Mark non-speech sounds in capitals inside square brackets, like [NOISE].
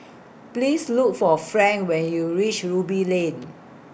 [NOISE] Please Look For Frank when YOU REACH Ruby Lane